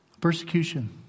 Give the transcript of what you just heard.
Persecution